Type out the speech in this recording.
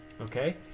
okay